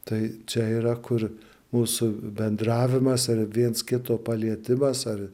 tai čia yra kur mūsų bendravimas ar viens kito palietimas ar